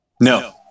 No